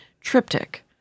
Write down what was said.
Triptych